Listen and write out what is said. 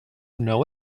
know